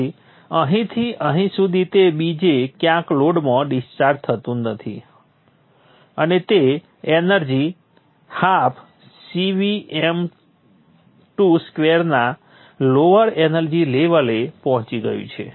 તેથી અહીંથી અહીં સુધી તે બીજે ક્યાંય લોડમાં ડિસ્ચાર્જ થયું નથી અને તે એનર્જી હાફ CVm2 સ્ક્વેરના લોઅર એનર્જી લેવલે પહોંચી ગયું છે